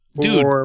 Dude